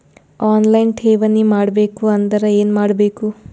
On line ಠೇವಣಿ ಮಾಡಬೇಕು ಅಂದರ ಏನ ಮಾಡಬೇಕು?